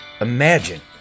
imagine